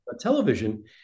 television